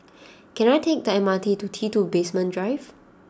can I take the M R T to T two Basement Drive